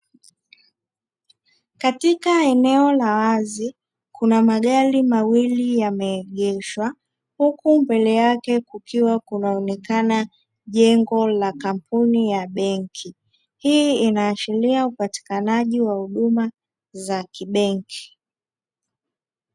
Katika eneo la wazi kuna magari wawili yameegeshwa, huku mbele yake kukiwa kunaonekana jengo la kampuni ya benki; hii inaashiria upatikanaji wa huduma za kibenki.